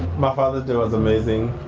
my father's day was amazing.